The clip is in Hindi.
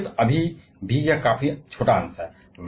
न्यूक्लियस अभी भी यह काफी छोटा अंश है